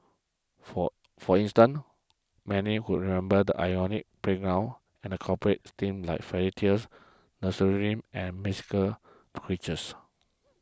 for for instance many would remember the iconic playgrounds and incorporated themes like fairy tales nursery rhymes and mythical creatures